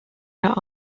her